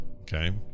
okay